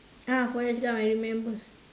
ah Forrest-Gump I remember